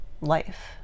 life